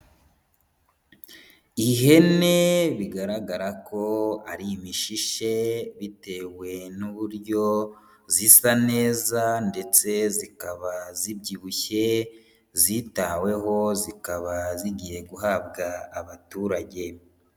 Ihene bigaragara ko ari imishishe bitewe n'uburyo zisa neza ndetse zikaba zibyibushye, zitaweho zikaba zigiye guhabwa abaturage.